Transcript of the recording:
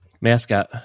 mascot